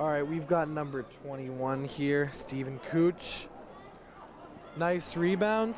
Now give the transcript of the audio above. all right we've got a number of twenty one here stephen cooch nice rebound